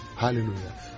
Hallelujah